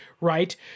right